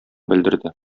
белдерде